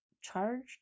charged